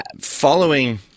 following